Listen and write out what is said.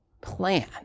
plan